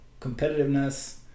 competitiveness